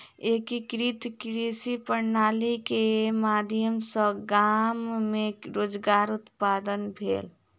एकीकृत कृषि प्रणाली के माध्यम सॅ गाम मे रोजगार उत्पादन भेल